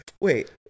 Wait